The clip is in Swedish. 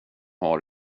har